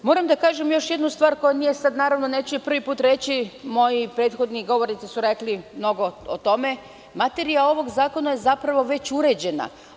Moram da kažem još jednu stvar, neću je prvi put reći, moj prethodni govornici su rekli mnogo o tome, materija ovog zakona je zapravo već uređena.